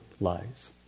lies